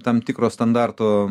tam tikro standarto